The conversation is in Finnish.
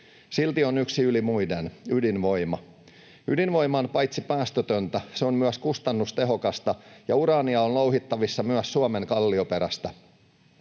Silti on yksi yli muiden — ydinvoima. Ydinvoima on paitsi päästötöntä myös kustannustehokasta, ja uraania on louhittavissa myös Suomen kallioperästä.